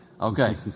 Okay